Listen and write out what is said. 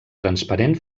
transparent